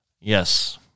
Yes